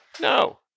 no